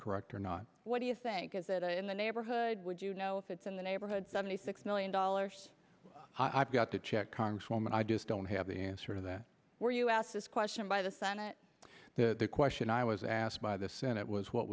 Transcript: correct or not what do you think is it in the neighborhood would you know if it's in the neighborhood seventy six million dollars i've got to check congresswoman i just don't have the answer to that where you asked this question by the senate the question i was asked by the senate was what